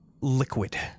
liquid